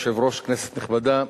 אדוני היושב-ראש, כנסת נכבדה,